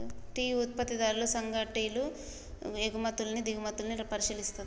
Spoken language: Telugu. టీ ఉత్పత్తిదారుల సంఘాలు టీ ఎగుమతుల్ని దిగుమతుల్ని పరిశీలిస్తది